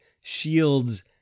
shields